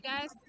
guys